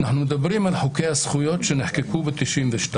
אנחנו מדברים על חוקי הזכויות שנחקקו ב-1992